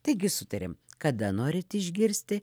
taigi sutariam kada norit išgirsti